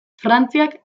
frantziak